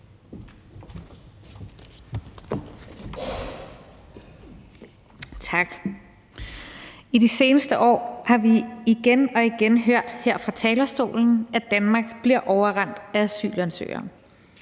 Tak. I de seneste år har vi igen og igen hørt her fra talerstolen, at Danmark bliver overrendt af asylansøgere.